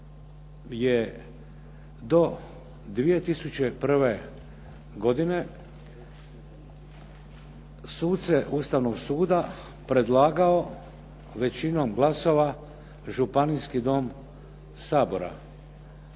do 2001. godine suce Ustavnog suda predlagao većinom glasova Županijski dom Sabora